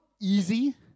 easy